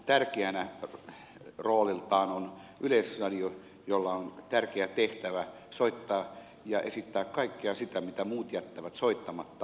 tietysti yhtenä tärkeänä rooliltaan on yleisradio jolla on tärkeä tehtävä soittaa ja esittää kaikkea sitä mitä muut jättävät soittamatta